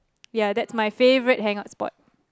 ya that's my favourite hang out spot